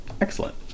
excellent